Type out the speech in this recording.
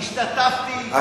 והשתתפתי,